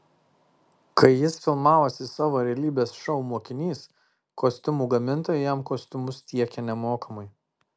kai jis filmavosi savo realybės šou mokinys kostiumų gamintojai jam kostiumus tiekė nemokamai